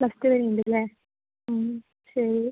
plus two വരെയുണ്ടല്ലേ ശരി